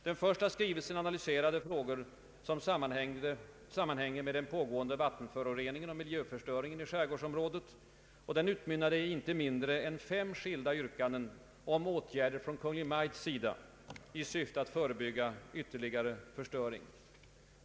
Den första skrivelsen analyserade frågor som sammanhänger med den pågående vattenföroreningen och miljö förstöringen i skärgårdsområdet och utmynnade i inte mindre än fem skilda yrkanden om åtgärder från Kungl. Maj:ts sida i syfte att förebygga ytterligare förstöring.